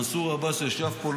מנסור עבאס ישב פה,